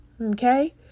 Okay